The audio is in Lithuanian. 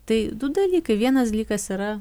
tai du dalykai vienas dalykas yra